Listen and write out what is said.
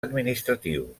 administratiu